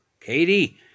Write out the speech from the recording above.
Katie